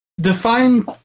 Define